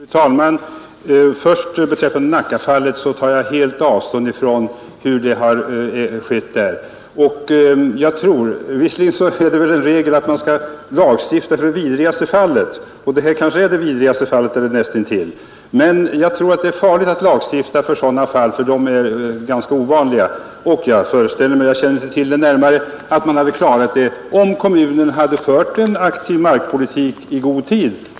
Fru talman! Vad först Nackafallet beträffar tar jag helt avstånd från vad som skett där. Visserligen är det en regel att man skall lagstifta för det vidrigaste fallet, och detta är kanske det vidrigaste fallet eller nästintill, men jag tror att det är farligt att lagstifta för sådana fall, eftersom de är ganska ovanliga. Jag föreställer mig — jag känner inte till det närmare — att man hade klarat det om kommunen hade fört en aktiv markpolitik i god tid.